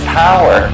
power